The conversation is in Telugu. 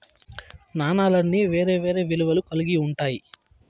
నాణాలన్నీ వేరే వేరే విలువలు కల్గి ఉంటాయి